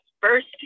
first